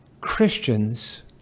Christians